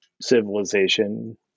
civilization